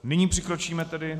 Nyní přikročíme tedy ...